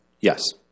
Yes